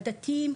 הדתיים,